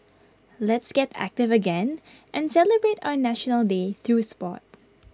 let's get active again and celebrate our National Day through Sport